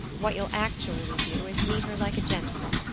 what you'll actually do is meet her like a gentleman,